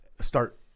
start